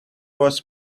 was